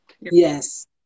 yes